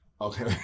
Okay